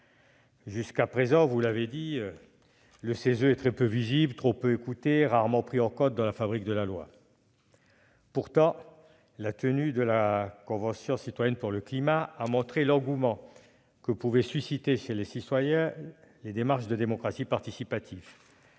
Jusqu'à présent, le CESE est très peu visible, trop peu écouté et rarement pris en compte dans la fabrique de la loi. Pourtant, la tenue de la Convention citoyenne pour le climat a montré l'engouement que pouvaient susciter chez les citoyens les démarches de démocratie participative.